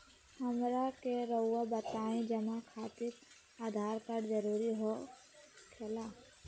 हमरा के रहुआ बताएं जमा खातिर आधार कार्ड जरूरी हो खेला?